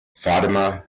fatima